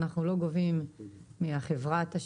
אנחנו לא גובים מחברת השיתוף,